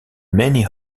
many